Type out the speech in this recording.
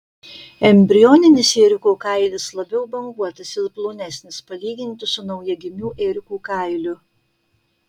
embrioninis ėriuko kailis labiau banguotas ir plonesnis palyginti su naujagimių ėriukų kailiu